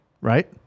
Right